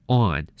on